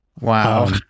Wow